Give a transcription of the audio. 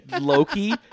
Loki